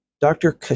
Dr